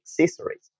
accessories